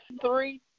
three